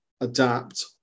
adapt